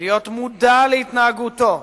להיות מודע להתנהגותו,